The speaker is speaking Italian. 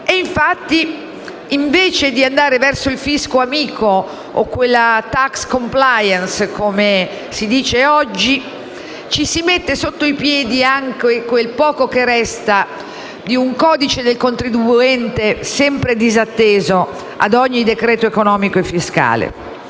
infatti, invece di andare verso il fisco amico o quella *tax compliance* - come si dice oggi - ci si mette sotto i piedi anche quel poco che resta di un codice del contribuente sempre disatteso ad ogni decreto-legge economico e fiscale.